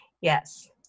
Yes